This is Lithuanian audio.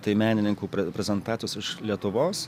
tai menininkų pre prezentacijos iš lietuvos